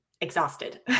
exhausted